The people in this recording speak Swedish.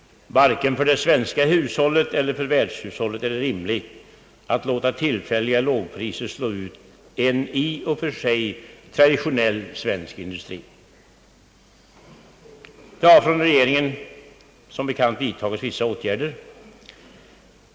Varken för det svenska hushållet eller för världshushållet är det rimligt att låta tillfälliga lågpriser slå ut en traditionell svensk industri. Regeringen har som bekant nu vidtagit vissa åtgärder.